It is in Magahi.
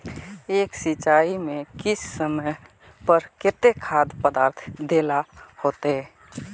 एक सिंचाई में किस समय पर केते खाद पदार्थ दे ला होते?